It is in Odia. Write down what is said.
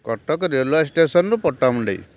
କଟକ ରେଲୱେ ଷ୍ଟେସନ୍ରୁ ପଟ୍ଟାମୁଣ୍ଡେଇ